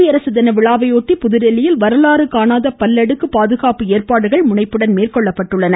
குடியரசு தினவிழாவையொட்டி புதுதில்லியில் வரலாறு காணாத பல அடுக்கு பாதுகாப்பு ஏற்பாடுகள் முனைப்புடன் மேற்கொள்ளப்பட்டுள்ளன